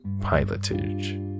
pilotage